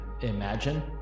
imagine